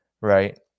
Right